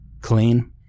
Clean